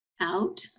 out